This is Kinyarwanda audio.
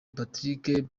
patrick